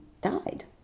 died